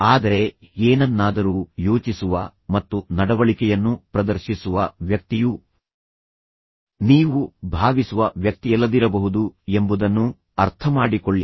ಆದರೆ ಏನನ್ನಾದರೂ ಯೋಚಿಸುವ ಮತ್ತು ನಡವಳಿಕೆಯನ್ನು ಪ್ರದರ್ಶಿಸುವ ವ್ಯಕ್ತಿಯು ನೀವು ಭಾವಿಸುವ ವ್ಯಕ್ತಿಯಲ್ಲದಿರಬಹುದು ಎಂಬುದನ್ನು ಅರ್ಥಮಾಡಿಕೊಳ್ಳಿ